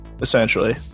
essentially